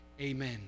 Amen